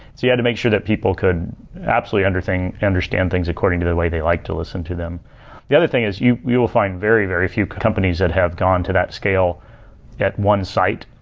you had to make sure that people could absolutely and understand things according to the way they like to listen to them the other thing is you you will find very, very few companies that have gone to that scale at one site.